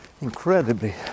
incredibly